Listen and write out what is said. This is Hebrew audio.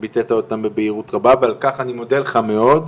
וביטאת אותם בבהירות רבה ועל כך אני מודה לך מאוד,